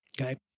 Okay